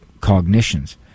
cognitions